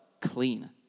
clean